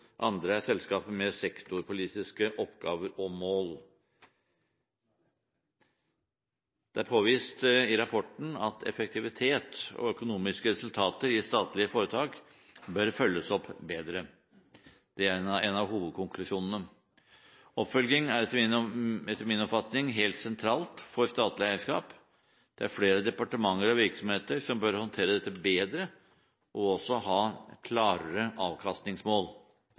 andre er selskaper med sektorpolitiske oppgaver og mål. Det er påvist i rapporten at effektivitet og økonomiske resultater i statlige foretak bør følges opp bedre. Det er en av hovedkonklusjonene. Oppfølging er etter min oppfatning helt sentralt for statlig eierskap. Det er flere departementer og virksomheter som bør håndtere dette bedre, og også ha klarere avkastningsmål.